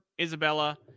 isabella